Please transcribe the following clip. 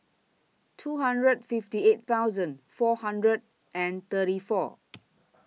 two hundred fifty eight thousand four hundred and thirty four